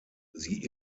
sie